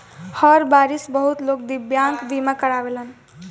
हर बारिस बहुत लोग दिव्यांग बीमा करावेलन